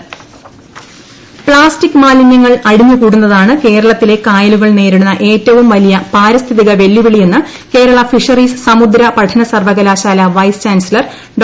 KUFOS plastic മാലിന്യങ്ങൾ അടിഞ്ഞുകൂടുന്നതാണ് കേരളത്തിലെ കായലുകൾ നേരിടുന്ന ഏറ്റവും വലിയ പാരിസ്ഥിതിക വെല്ലുവിളിയെന്ന് കേരള ഫിഷറീസ് സമുദ്ര പഠന സർവ്വകലാശാല വൈസ് ചാൻസിലർ ഡോ